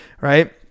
right